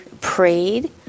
prayed